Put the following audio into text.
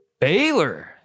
Baylor